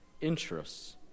interests